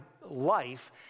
life